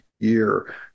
Year